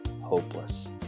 hopeless